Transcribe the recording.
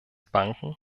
banken